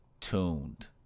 tuned